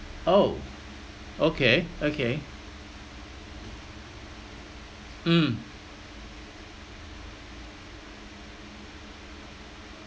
oh okay okay mm